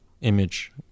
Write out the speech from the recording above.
image